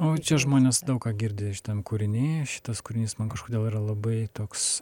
o čia žmonės daug ką girdi šitam kūriny šitas kūrinys man kažkodėl yra labai toks